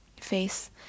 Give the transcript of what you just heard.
face